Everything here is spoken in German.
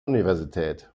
universität